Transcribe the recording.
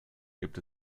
gibt